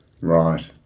Right